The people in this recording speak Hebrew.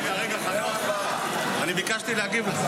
רגע, רגע, חנוך, אני ביקשתי להגיב.